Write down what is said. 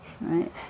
right